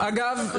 אגב,